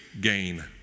gain